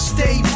Stay